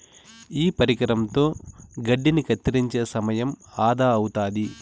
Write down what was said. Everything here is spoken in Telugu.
ఈ పరికరంతో గడ్డిని కత్తిరించే సమయం ఆదా అవుతాది